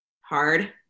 hard